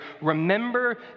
Remember